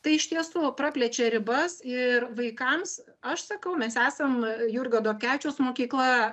tai iš tiesų praplečia ribas ir vaikams aš sakau mes esam jurgio dobkevičiaus mokykla